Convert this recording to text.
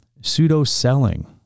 pseudo-selling